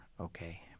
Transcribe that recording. okay